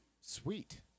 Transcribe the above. Sweet